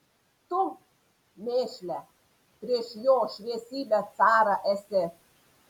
tu mėšle prieš jo šviesybę carą esi